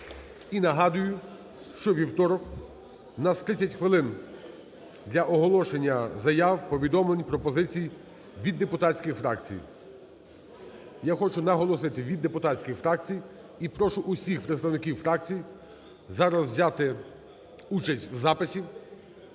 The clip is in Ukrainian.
І нагадую, що у вівторок у нас 30 хвилин для оголошення заяв, повідомлень, пропозицій від депутатських фракцій. Я хочу наголосити – від депутатських фракцій. І прошу всіх представників фракцій зараз взяти участь у записі.